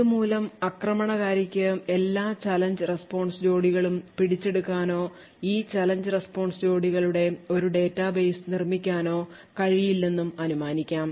ഇതുമൂലം ആക്രമണകാരിക്ക് എല്ലാ ചലഞ്ച് റെസ്പോൺസ് ജോഡികളും പിടിച്ചെടുക്കാനോ ഈ ചലഞ്ച് റെസ്പോൺസ് ജോഡികളുടെ ഒരു ഡാറ്റാബേസ് നിർമ്മിക്കാനോ കഴിയില്ലെന്നും അനുമാനിക്കാം